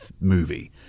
movie